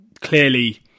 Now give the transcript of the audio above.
clearly